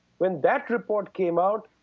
when that report came out,